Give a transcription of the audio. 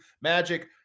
Magic